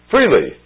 Freely